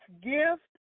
gift